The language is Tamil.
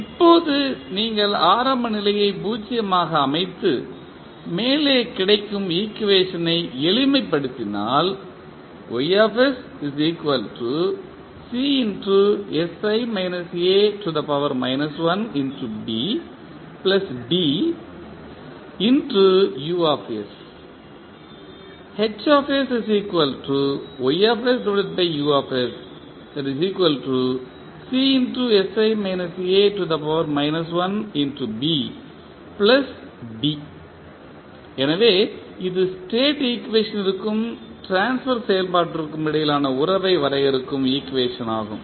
இப்போது நீங்கள் ஆரம்ப நிலையை 0 ஆக அமைத்து மேலே கிடைக்கும் ஈக்குவேஷனை எளிமைப்படுத்தினால் எனவே இது ஸ்டேட் ஈக்குவேஷனிற்கும் ட்ரான்ஸ்பர் செயல்பாட்டிற்கும் இடையிலான உறவை வரையறுக்கும் ஈக்குவேஷன் ஆகும்